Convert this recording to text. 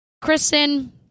Kristen